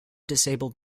disabled